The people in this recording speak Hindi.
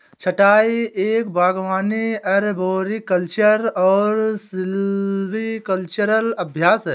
छंटाई एक बागवानी अरबोरिकल्चरल और सिल्वीकल्चरल अभ्यास है